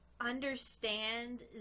understand